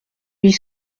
huit